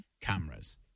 cameras